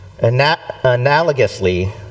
Analogously